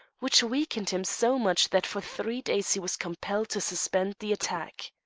which weakened him so much that for three days he was compelled to suspend the attack.